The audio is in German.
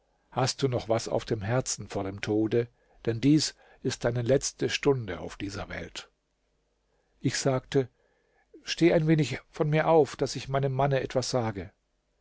hast du noch was auf dem herzen vor dem tode denn dies ist deine letzte stunde auf dieser welt ich sagte steht ein wenig von mir auf daß ich meinem manne etwas sage